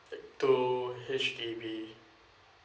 take two H_D_B